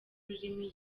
ururimi